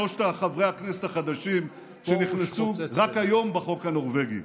שלושת חברי הכנסת החדשים שנכנסו רק היום בחוק הנורבגי.